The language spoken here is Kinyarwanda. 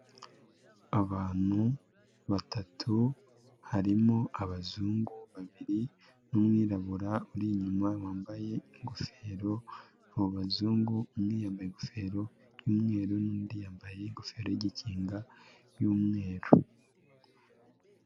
Abantu batatu harimo abazungu babiri n'umwirabura uri inyuma wambaye ingofero, abo bazungu umwe yambaye ingofero y'umweru n'undi yambaye ingofero y'igikinga y'umweru.